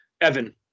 Evan